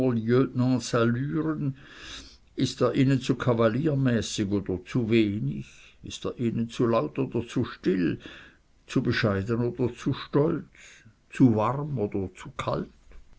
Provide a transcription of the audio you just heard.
ist er ihnen zu kavaliermäßig oder zu wenig ist er ihnen zu laut oder zu still zu bescheiden oder zu stolz zu warm oder zu kalt